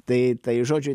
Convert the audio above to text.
tai tai žodžiu